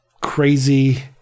...crazy